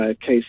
case